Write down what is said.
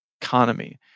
economy